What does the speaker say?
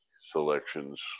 selections